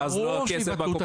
ואז לא יהיה כסף לקופות החולים.